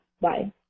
Bye